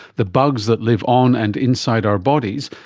the bugs that live on and inside our bodies,